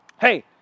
Hey